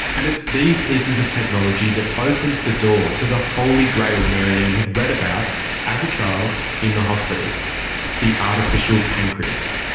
and it's these pieces of technology that opened the door to the holy grail mary anne had read about as a child in the hospital the artificial pancreas.